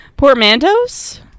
Portmanteaus